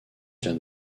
jan